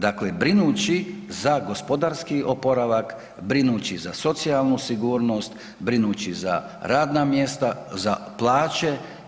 Dakle brinući za gospodarski oporavak, brinući za socijalnu sigurnost, brinući za radna mjesta, za plaće.